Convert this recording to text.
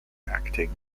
acting